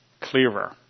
clearer